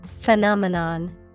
Phenomenon